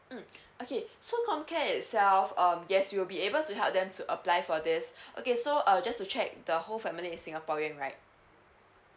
mm okay so comcare itself um yes we'll be able to help them to apply for this okay so uh just to check the whole family is singaporean right